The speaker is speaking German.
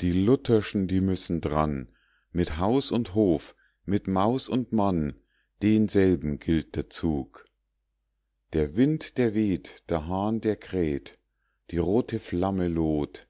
die lutherschen die müssen dran mit haus und hof mit maus und mann denselben gilt der zug der wind der weht der hahn der kräht die rote flamme loht